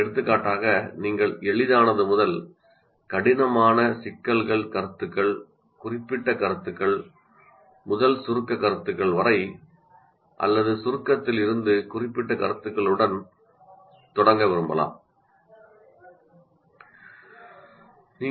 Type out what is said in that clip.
எடுத்துக்காட்டாக நீங்கள் எளிதானது முதல் கடினமான சிக்கல்கள் கருத்துகள் குறிப்பிட்ட கருத்துக்கள் முதல் சுருக்க கருத்துக்கள் வரை அல்லது சுருக்கத்திலிருந்து குறிப்பிட்ட கருத்துகளுடன் தொடங்க விரும்பலாம்